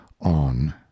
on